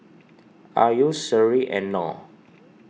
Ayu Sri and Nor